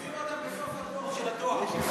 תשים אותם בסוף התור של הדואר.